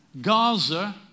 Gaza